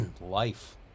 life